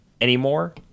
anymore